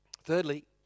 Thirdly